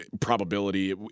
Probability